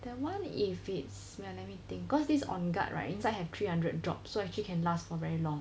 that [one] if it's wait ah let me think cause this on guard right inside have three hundred drops so actually can last for very long